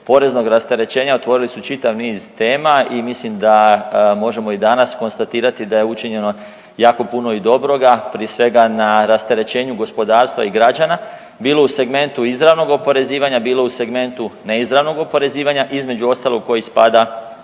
poreznog rasterećenja otvorili su čitav niz tema i ja mislim da možemo i danas konstatirati da je učinjeno jako puno i dobroga prije svega na rasterećenju gospodarstva i građana bilo u segmentu izravnog oporezivanja, bilo u segmentu neizravnog oporezivanja između ostalog u koji spada